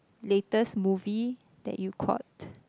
latest movie that you caught